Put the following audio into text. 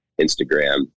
Instagram